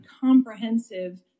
comprehensive